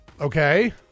Okay